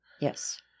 Yes